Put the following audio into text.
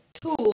tool